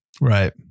Right